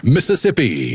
Mississippi